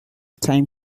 time